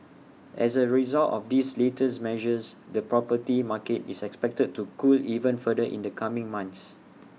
as A result of these latest measures the property market is expected to cool even further in the coming months